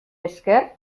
esker